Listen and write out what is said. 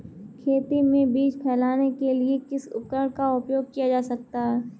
खेत में बीज फैलाने के लिए किस उपकरण का उपयोग किया जा सकता है?